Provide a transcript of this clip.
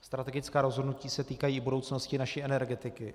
Strategická rozhodnutí se týkají i budoucnosti naší energetiky.